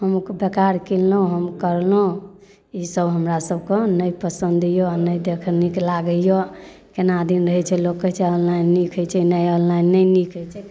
हम ओ बेकार किनलहुँ हम ओ करलहुँ ईसब हमरासबके नहि पसन्द अइ नहि देखैमे नीक लागैए कोनादिन रहै छै लोक कहै छै ऑनलाइन नीक होइ छै नहि ऑनलाइन नहि नीक होइ छै